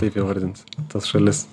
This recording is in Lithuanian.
taip įvardint tas šalis